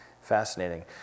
Fascinating